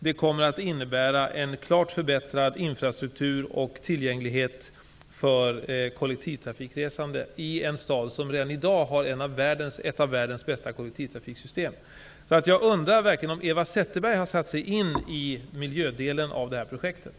Det kommer att innebära en klart förbättrad infrastruktur och tillgänglighet för kollektivtrafiken i en stad som redan i dag har ett av världens bästa kollektivtrafiksystem. Jag undrar verkligen om Eva Zetterberg har satt sig in i miljödelen av projektet.